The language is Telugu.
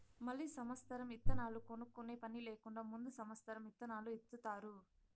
మళ్ళీ సమత్సరం ఇత్తనాలు కొనుక్కునే పని లేకుండా ముందు సమత్సరం ఇత్తనాలు ఇత్తుతారు